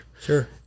sure